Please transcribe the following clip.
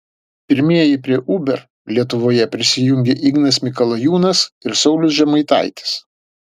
pirmieji prie uber lietuvoje prisijungė ignas mikalajūnas ir saulius žemaitaitis